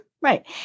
Right